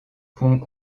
ponts